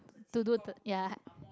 to do the ya